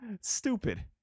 Stupid